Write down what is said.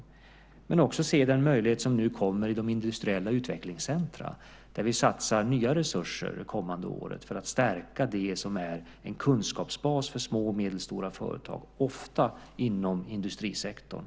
Det handlar också om att se den möjlighet som nu kommer i de industriella utvecklingscentrum där vi satsar nya resurser det kommande året för att stärka det som är en kunskapsbas för små och medelstora företag, ofta inom industrisektorn.